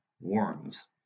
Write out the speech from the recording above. worms